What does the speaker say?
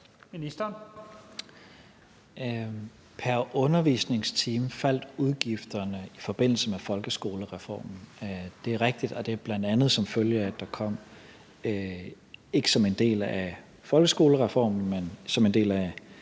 Pr. undervisningstime faldt udgifterne i forbindelse med folkeskolereformen; det er rigtigt. Det er bl.a. som følge af, at der kom, ikke som en del af folkeskolereformen, men som en del af